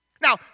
Now